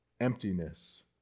emptiness